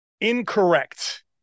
incorrect